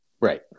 Right